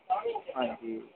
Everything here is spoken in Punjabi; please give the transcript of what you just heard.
ਹਾਂਜੀ